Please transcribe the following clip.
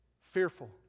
Fearful